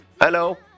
hello